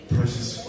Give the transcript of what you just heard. Precious